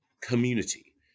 community